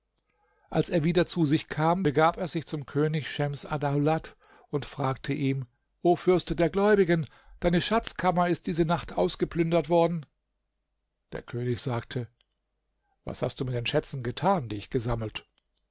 als er wieder zu sich kam begab er sich zum könig schems addaulat und fragte ihm o fürst der gläubigen deine schatzkammer ist diese nacht ausgeplündert worden der könig sagte was hast du mit den schätzen getan die ich gesammelt